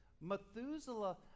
Methuselah